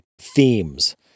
themes